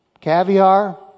Caviar